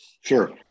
Sure